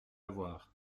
avoir